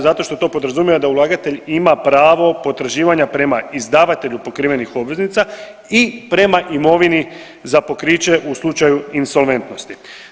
Zato što to podrazumijeva da ulagatelj ima pravo potraživanja prema izdavatelju pokrivenih obveznica i prema imovini za pokriće u slučaju insolventnosti.